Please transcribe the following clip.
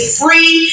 free